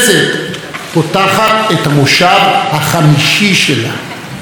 המושב החמישי שלה ואת כנס החורף שלו.